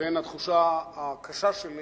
לבין התחושה הקשה שלי